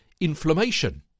inflammation